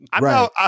right